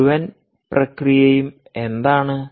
മുഴുവൻ പ്രക്രിയയും എന്താണ്